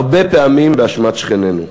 הרבה פעמים באשמת שכנינו,